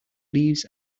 leaves